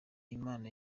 imana